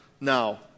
now